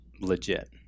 legit